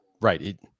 right –